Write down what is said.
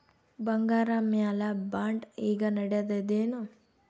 ಬಂಗಾರ ಮ್ಯಾಲ ಬಾಂಡ್ ಈಗ ನಡದದೇನು?